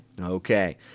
Okay